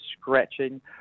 scratching